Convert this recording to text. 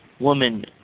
woman